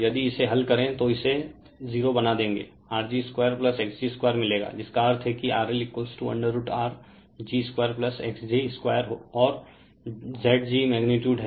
यदि इसे हल करें तो इसे 0 बना देंगे Rg2xg2 मिलेगा जिसका अर्थ है कि RL√R g2 xg2 और Zg मैगनीटुड हैं